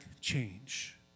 change